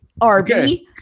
RB